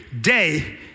day